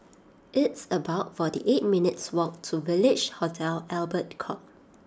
it's about forty eight minutes' walk to Village Hotel Albert Court